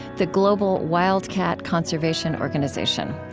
the global wild cat conservation organization.